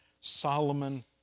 Solomon